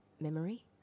memory